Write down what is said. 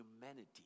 humanity